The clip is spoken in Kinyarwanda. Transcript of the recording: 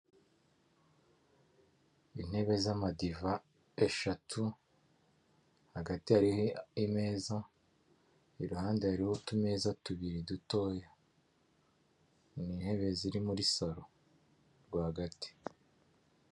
Intebe z'amadiva eshatu hagati hariho imeza, iruhande hariho utumeza tubiri dutoya ni intebe ziri muri saro rwagati.